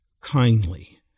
kindly